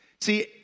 See